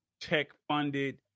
tech-funded